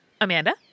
Amanda